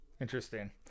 Interesting